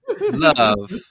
Love